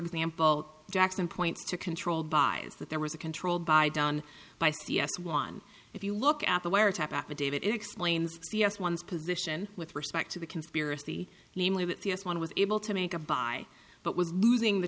example jackson points to controlled by that there was a controlled by done by c s one if you look at the wiretap affidavit it explains vs one's position with respect to the conspiracy namely that the s one was able to make a buy but was losing the